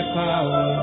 power